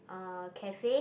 uh cafe